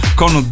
con